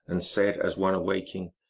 and said as one awaking,